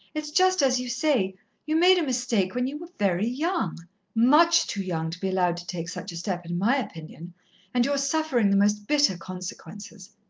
it's just as you say you made a mistake when you were very young much too young to be allowed to take such a step, in my opinion and you're suffering the most bitter consequences.